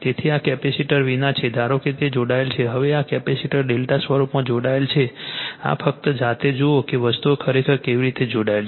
તેથી આ કેપેસિટર વિના છે ધારો કે તે જોડાયેલ છે હવે આ કેપેસિટર્સ ડેલ્ટા સ્વરૂપમાં જોડાયેલા છે આ ફક્ત જાતે જુઓ કે વસ્તુઓ ખરેખર કેવી રીતે જોડાયેલ છે